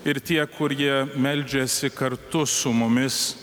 ir tie kurie meldžiasi kartu su mumis